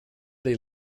they